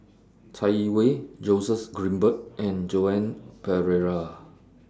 Chai Yee Wei Joseph Grimberg and Joan Pereira